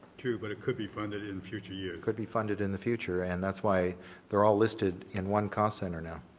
true, but it could be funded in the future years. it could be funded in the future and that's why they're all listed in one call center now.